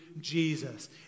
Jesus